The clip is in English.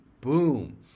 boom